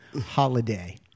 Holiday